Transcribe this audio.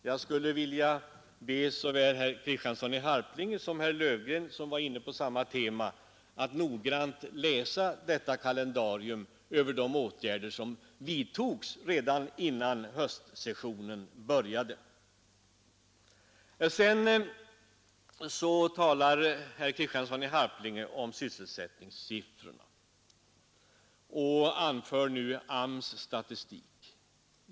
Jag ber såväl herr Kristiansson i Harplinge som herr Löfgren som var inne på samma tema att noggrant läsa detta kalendarium över åtgärder som vidtogs redan innan höstsessionen började. Sedan talade herr Kristiansson om sysselsättningss AMS: statistik.